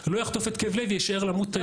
לא יחטוף התקף לב ויישאר למות בפתח של בית החולים.